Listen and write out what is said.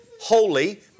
holy